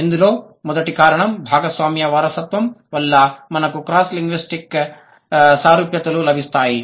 ఇందులో మొదటి కారణం భాగస్వామ్య వారసత్వం వల్ల మనకు క్రాస్ లింగ్విస్టిక్స్ సారూప్యతలు లభిస్తాయి